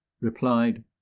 replied